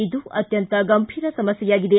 ಇದು ಅತ್ಯಂತ ಗಂಭೀರ ಸಮಸ್ಕೆ ಆಗಿದೆ